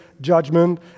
judgment